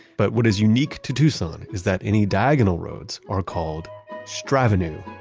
but what is unique to tucson is that any diagonal roads are called stravenue,